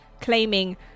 claiming